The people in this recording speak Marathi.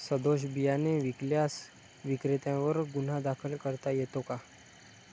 सदोष बियाणे विकल्यास विक्रेत्यांवर गुन्हा दाखल करता येतो का?